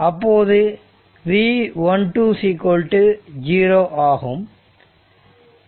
அப்போது v12 0 ஆகும்